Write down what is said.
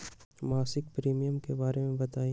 मासिक प्रीमियम के बारे मे बताई?